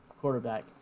quarterback